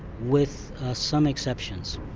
with some exceptions.